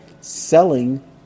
selling